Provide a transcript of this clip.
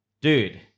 dude